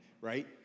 right